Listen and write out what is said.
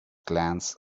glance